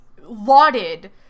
lauded